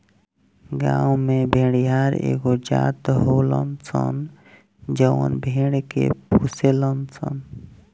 गांव में भेड़िहार एगो जात होलन सन जवन भेड़ के पोसेलन सन